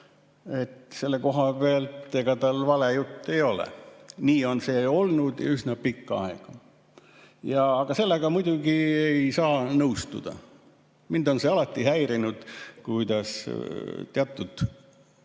et selle koha pealt tal vale jutt ei ole. Nii on see olnud üsna pikka aega. Sellega muidugi ei saa nõustuda. Mind on alati häirinud, kuidas teatud